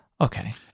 okay